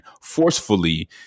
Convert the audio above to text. forcefully